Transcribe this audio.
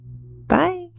Bye